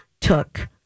took